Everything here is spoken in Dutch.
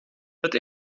het